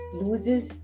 loses